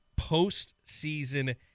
postseason